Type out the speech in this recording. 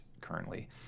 currently